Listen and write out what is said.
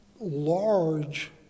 large